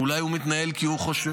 אולי הוא מתנהל כי הוא חושב